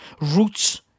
roots